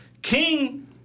King